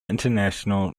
international